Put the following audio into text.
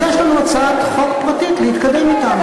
אז יש לנו הצעת חוק פרטית להתקדם אתה,